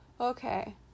okay